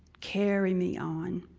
carry me on.